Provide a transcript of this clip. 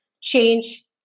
change